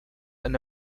and